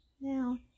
now